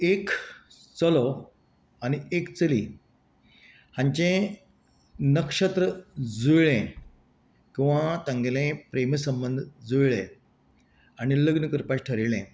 एक चलो आनी एक चली हांचे नक्षत्र जुळ्ळें किंवां तांगेले प्रेम संबंद जुळ्ळें आनी लग्न करपाचे थारायलें